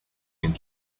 and